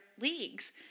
leagues